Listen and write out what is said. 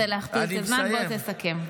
דקה-שתיים זה להכפיל את הזמן, בוא תסכם.